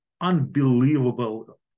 unbelievable